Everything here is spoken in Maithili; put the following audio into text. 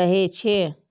रहै छै